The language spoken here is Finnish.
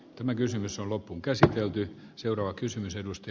tämä kysymys on loppuunkäsitelty seuraava kysymys edusti